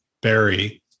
Barry